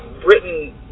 Britain